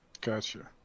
gotcha